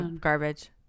garbage